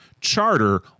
charter